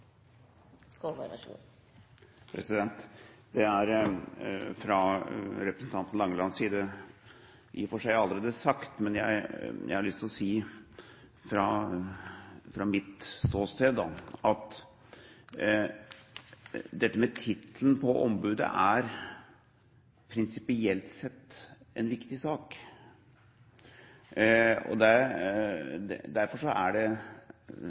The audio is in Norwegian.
seg allerede sagt, men jeg har lyst til å si, fra mitt ståsted, at dette med tittelen på ombudet prinsipielt sett er en viktig sak. Derfor er vi med på denne merknaden, med tanke på at det